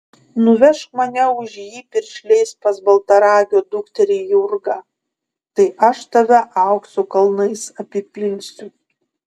nuvežk mane už jį piršliais pas baltaragio dukterį jurgą tai aš tave aukso kalnais apipilsiu